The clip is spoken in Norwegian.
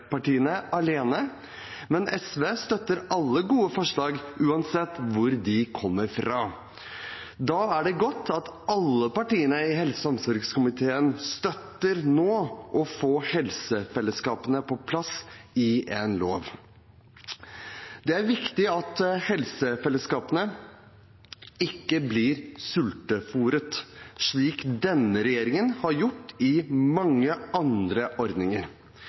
alene, men SV støtter alle gode forslag, uansett hvor de kommer fra. Da er det godt at alle partiene i helse- og omsorgskomiteen nå støtter å få helsefellesskapene på plass i en lov. Det er viktig at helsefellesskapene ikke blir sultefôret, slik denne regjeringen har gjort i mange andre ordninger.